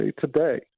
today